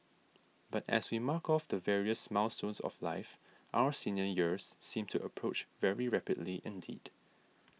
but as we mark off the various milestones of life our senior years seem to approach very rapidly indeed